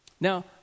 Now